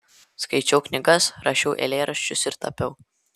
skaičiau knygas rašiau eilėraščius ir tapiau